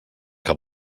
que